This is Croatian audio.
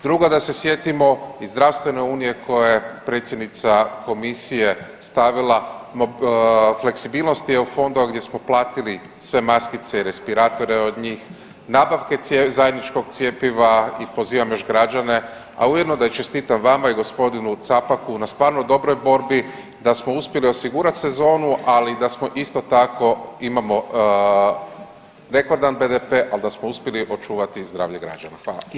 Drugo da se sjetimo i zdravstvene unije koja je predsjednica komisije stavila fleksibilnosti EU fondova gdje smo platili sve maskice i respiratore od njih, nabavke zajedničkog cjepiva i pozivam još građane, a ujedno da i čestitam vama i gospodinu Capaku na stvarno dobroj borbi da smo uspjeli osigurati sezonu, ali da smo isto tako imamo rekordan BDP, al da smo uspjeli očuvati zdravlje građana.